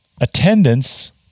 attendance